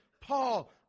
Paul